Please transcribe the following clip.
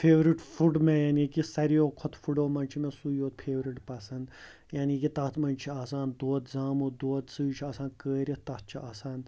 favourite food مےٚ یعنی کہِ ساروِیو کھۄتہٕ فُڈو منٛز چھِ مےٚ سُے یوت فیورِٹ پسند یعنی کہِ تَتھ منٛز چھِ آسان دۄد زامُت دۄد سُے چھِ آسان کٲرِتھ تَتھ چھِ آسان